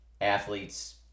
athlete's